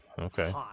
okay